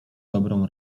dobrą